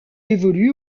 évolue